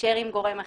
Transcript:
להתקשר עם גורם אחר,